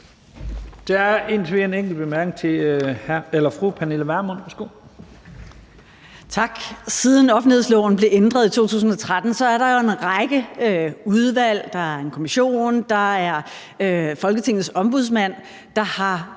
Siden offentlighedsloven blev ændret i 2013, er der jo en række udvalg, der er en kommission, der er Folketingets Ombudsmand, som har